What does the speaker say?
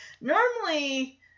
normally